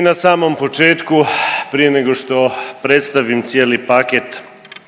i na samom početku prije nego što predstavim cijeli paket